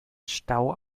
stau